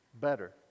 better